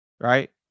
Right